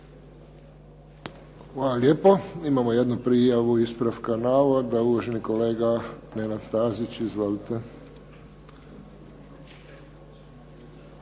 Hvala lijepo. Imamo jednu prijavu ispravka navoda, uvaženi kolega Nenad Stazić. Izvolite.